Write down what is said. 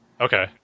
Okay